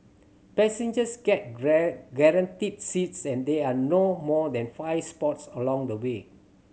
passengers get guaranteed seats and there are no more than five spots along the way